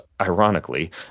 ironically